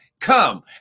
come